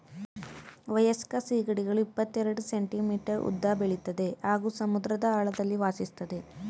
ವಯಸ್ಕ ಸೀಗಡಿಗಳು ಇಪ್ಪತೆರೆಡ್ ಸೆಂಟಿಮೀಟರ್ ಉದ್ದ ಬೆಳಿತದೆ ಹಾಗೂ ಸಮುದ್ರದ ಆಳದಲ್ಲಿ ವಾಸಿಸ್ತದೆ